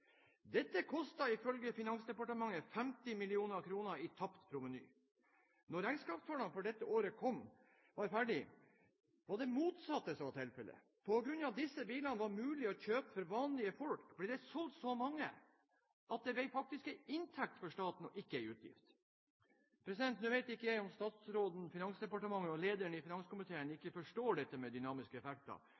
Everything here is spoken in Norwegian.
Dette kostet ifølge Finansdepartementet 50 mill. kr i tapt proveny. Da regnskapstallene for dette året var ferdig, kom det fram at det var det motsatte som var tilfellet. På grunn av at disse bilene var mulig å kjøpe for vanlige folk, ble det solgt så mange at det faktisk ble en inntekt for staten og ikke en utgift. Nå vet jeg ikke om statsråden, Finansdepartementet og lederen i finanskomiteen ikke forstår dette med dynamiske effekter,